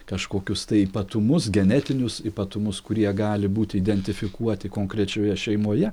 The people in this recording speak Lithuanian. kažkokius tai ypatumus genetinius ypatumus kurie gali būti identifikuoti konkrečioje šeimoje